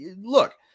look